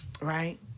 right